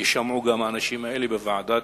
ויישמעו גם האנשים האלה בוועדה.